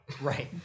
right